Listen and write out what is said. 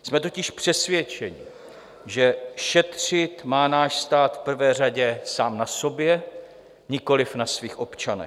Jsme totiž přesvědčeni, že šetřit má náš stát v prvé řadě sám na sobě, nikoliv na svých občanech.